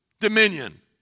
Dominion